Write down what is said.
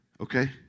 okay